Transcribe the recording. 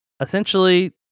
essentially